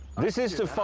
this is to find